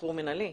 שחרור מנהלי,